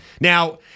Now